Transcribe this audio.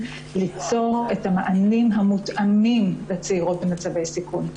ליצור את המענים המותאמים לצעירות במצבי סיכון.